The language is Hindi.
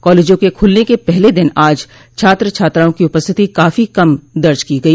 कॉलेजों के खुलने के पहले दिन आज छात्र छात्राओं की उपस्थिति काफी कम दर्ज की गई